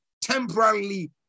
temporarily